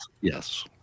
Yes